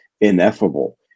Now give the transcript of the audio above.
ineffable